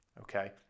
Okay